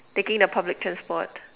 taking the public transport